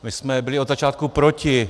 My jsme byli od začátku proti.